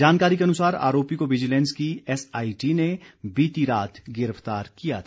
जानकारी के अनुसार आरोपी को विजिलेंस की एसआईटी ने बीती रात गिरफ्तार किया था